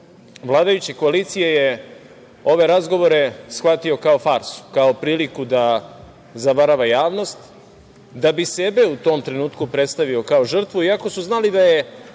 vladajuće koalicije je ove razgovore shvatio kao farsu, kao priliku da zavarava javnost, da bi sebe u tom trenutku predstavio kao žrtvu, iako su znali da je